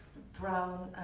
brown